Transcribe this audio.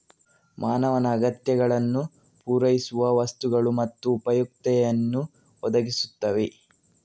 ಮಾನವನ ಅಗತ್ಯಗಳನ್ನು ಪೂರೈಸುವ ವಸ್ತುಗಳು ಮತ್ತು ಉಪಯುಕ್ತತೆಯನ್ನು ಒದಗಿಸುತ್ತವೆ